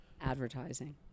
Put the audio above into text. Advertising